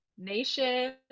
nation